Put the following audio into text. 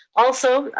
also,